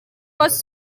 was